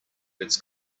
its